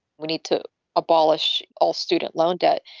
we need to abolish all student loan debt.